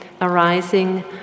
arising